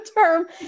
term